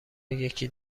یکی